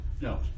No